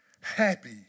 happy